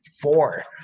four